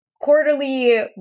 quarterly